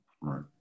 right